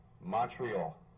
Montreal